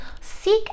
seek